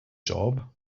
job